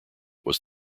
was